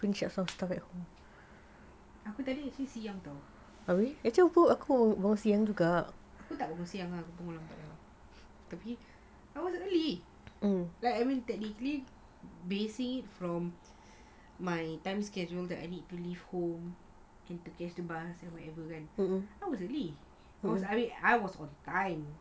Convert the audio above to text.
aku tadi yang tahu aku tak bawa kerusi aku pun lambat tapi I was early I mean technically basing it from my time schedule I need to leave home and to get to bus and whatever kan I was early I was on time